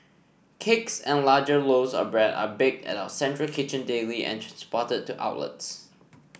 cakes and larger loaves of bread are baked at our central kitchen daily and transported to outlets